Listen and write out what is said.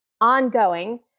Ongoing